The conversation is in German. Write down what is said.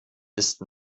ist